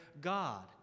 God